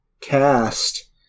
cast